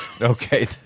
Okay